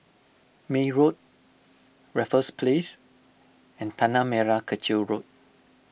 May Road Raffles Place and Tanah Merah Kechil Road